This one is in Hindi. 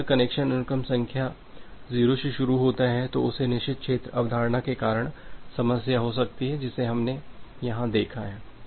यदि हर कनेक्शन अनुक्रम संख्या 0 से शुरू होता है तो उस निषिद्ध क्षेत्र अवधारणा के कारण समस्या हो सकती है जिसे हमने यहां देखा है